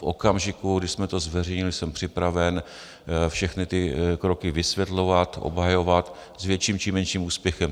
V okamžiku, kdy jsme to zveřejnili, jsem připraven všechny ty kroky vysvětlovat, obhajovat s větším či menším úspěchem.